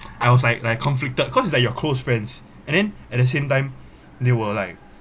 I was like like conflicted cause they are your close friends and then at the same time they were like